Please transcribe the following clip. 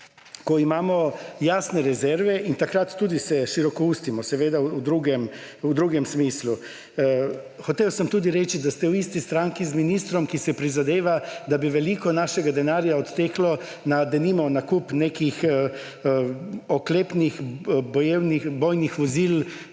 ko imamo jasne rezerve in takrat tudi se širokoustimo, seveda, v drugem smislu. Hotel sem tudi reči, da ste v isti stranki z ministrom, ki si prizadeva, da bi veliko našega denarja odteklo na, denimo, nakup nekih oklepnih bojnih vozil